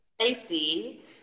safety